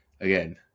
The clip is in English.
again